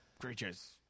creatures